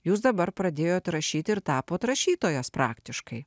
jūs dabar pradėjot rašyti ir tapote rašytojas praktiškai